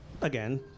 again